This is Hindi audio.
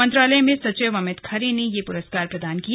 मंत्रालय में सचिव अमित खरे ने यह पुरस्कार प्रदान किए